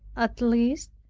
at least,